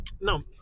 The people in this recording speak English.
No